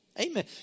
Amen